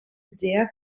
sehr